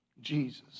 Jesus